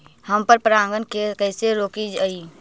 हम पर परागण के कैसे रोकिअई?